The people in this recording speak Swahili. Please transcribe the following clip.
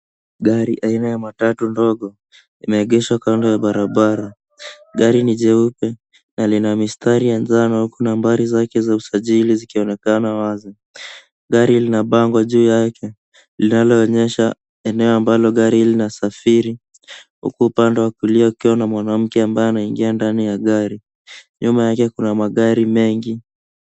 Gari aina ya matatu ndogo, imeegeshwa kando ya barabara. Gari ni jeupe na lina mistari ya jano huku nambari zake za usajili zikionekana wazi. Gari lina bango juu yake, linaloonyesha eneo ambalo gari hili linasafiri huku upande wa kulia kukiwa na mwanamke ambaye anaingia ndani ya gari. Nyuma yake kuna magari mengi.